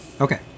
Okay